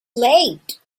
late